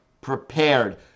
prepared